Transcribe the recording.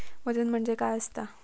वजन म्हणजे काय असता?